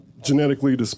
genetically